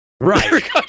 Right